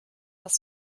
das